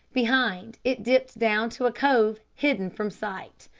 behind it dipped down to a cove, hidden from sight.